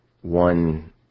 one